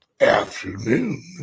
afternoon